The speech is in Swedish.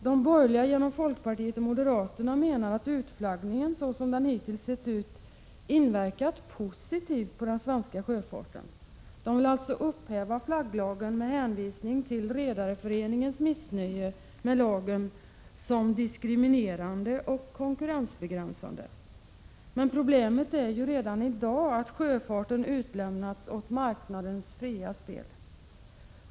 De borgerliga genom folkpartiet och moderaterna menar att utflaggningen så som den hittills sett ut inverkat positivt på den svenska sjöfarten. De vill upphäva flagglagen med hänvisning till Redareföreningens missnöje med lagen som diskriminerande och konkurrensbegränsande. Men problemet är ju redan i dag att sjöfarten utlämnats åt marknadens fria spel.